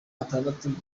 atandatu